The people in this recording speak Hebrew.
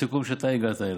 מסיכום שאתה הגעת אליו,